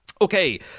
Okay